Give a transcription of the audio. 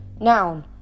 Noun